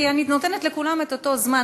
כי אני נותנת לכולם את אותו זמן,